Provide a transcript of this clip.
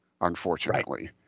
unfortunately